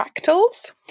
fractals